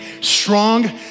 strong